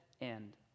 end